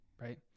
right